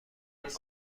خودت